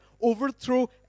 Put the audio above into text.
overthrow